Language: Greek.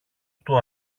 του